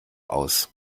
aus